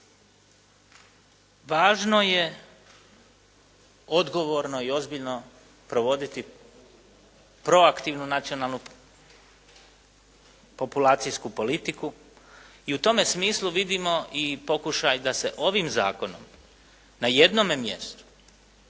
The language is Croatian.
Važno je odgovorno i ozbiljno provoditi proaktivnu nacionalnu populacijsku politiku i u tome smislu vidimo i pokušaj da se ovim zakonom na jednome mjestu